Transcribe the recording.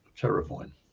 terrifying